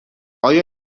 آیا